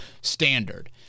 standard